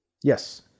Yes